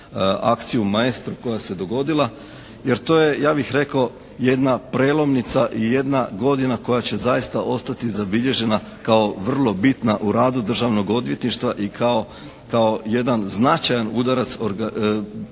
akciju "Maestro" koja se dogodila jer to je, ja bih rekao jedna prelomnica i jedna godina koja će zaista ostati zabilježena kao vrlo bitna u radu Državnog odvjetništva i kao, kao jedan značajan udarac borbi